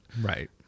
right